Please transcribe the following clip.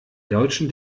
deutschen